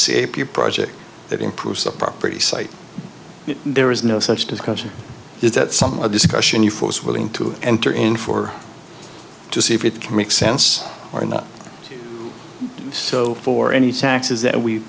a project that improves the property site there is no such discussion is that some discussion you force willing to enter in for to see if it can make sense or not so for any taxes